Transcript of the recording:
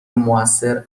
موثر